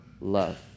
love